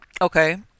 okay